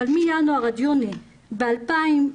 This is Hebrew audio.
אבל מינואר-יוני 2019,